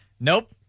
Nope